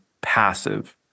passive